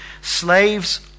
slaves